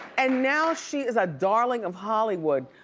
and now she is a darling of hollywood.